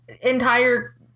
entire